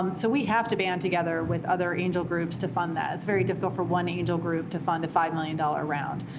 um so we have to band together with other angel groups to fund that. it's very difficult for one angel group to fund a five million dollars round.